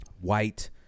White